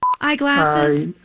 eyeglasses